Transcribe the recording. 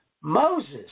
Moses